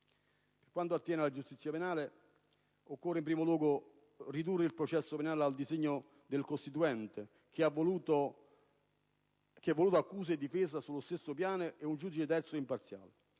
Per quanto attiene alla giustizia penale, occorre, in primo luogo, ricondurre il processo penale al disegno del Costituente che ha voluto accusa e difesa sullo stesso piano e un giudice terzo e imparziale.